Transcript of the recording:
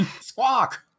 Squawk